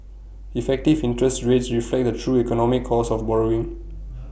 effective interest rates reflect the true economic cost of borrowing